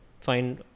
find